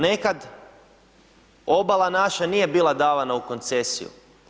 Nekad, obala naša nije bila davana u koncesiju.